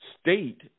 state